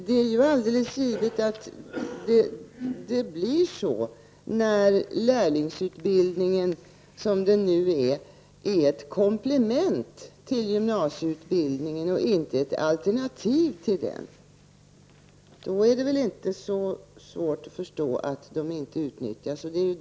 Det är givet att det blir så när lärlingsutbildningen, såsom den är utformad i dag, är ett komplement till gymnasieutbildningen och inte ett alternativ till den. Då är det väl inte så svårt att förstå att platserna inte utnyttjas.